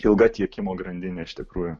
ilga tiekimo grandinė iš tikrųjų